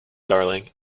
darling